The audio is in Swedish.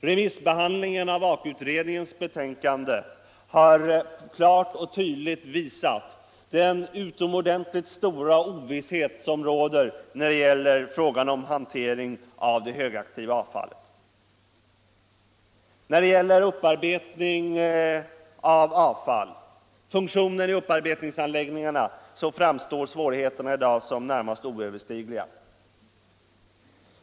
Remissbehandlingen av Aka-utredningens betänkande har klart och tvdligt visat den utomordentligt stora ovisshet som råder rörande Allmänpolitisk debatt Allmänpolitisk debatt frågan om hantering av det högaktiva avfallet. När det gäller upparbetning av avfall, funktionen i upparbetningsanläggningarna, framstår svårigheterna i dag som niärmast oöverstigliga.